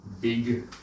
big